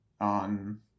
on